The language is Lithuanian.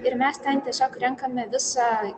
ir mes ten tiesiog renkame visą